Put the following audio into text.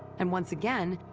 and once again,